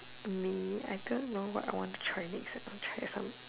me I don't know what I want to try next I want try some